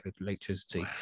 electricity